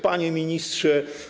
Panie Ministrze!